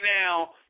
now